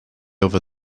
over